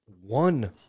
one